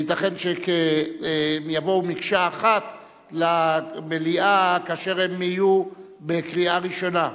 ייתכן שיבואו כמקשה אחת למליאה כאשר הן יהיו בקריאה ראשונה.